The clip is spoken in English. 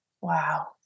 Wow